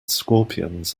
scorpions